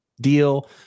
deal